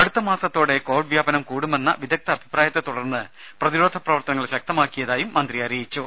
അടുത്ത മാസത്തോടെ കോവിഡ് വ്യാപനം കൂടുമെന്ന വിദഗ്ദ അഭിപ്രായത്തെ തുടർന്ന് പ്രതിരോധ പ്രവർത്തനങ്ങൾ ശക്തമാക്കിയതായും മന്ത്രി അറിയിച്ചു